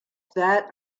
that